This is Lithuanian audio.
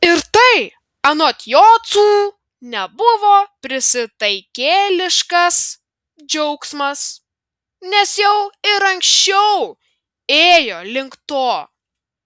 ir tai anot jocų nebuvo prisitaikėliškas džiaugsmas nes jau ir anksčiau ėjo link to